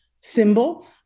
symbol